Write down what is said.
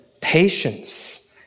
patience